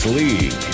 league